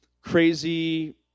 crazy